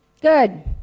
Good